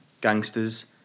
gangsters